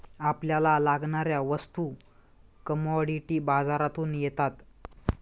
आपल्याला लागणाऱ्या वस्तू कमॉडिटी बाजारातून येतात